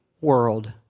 world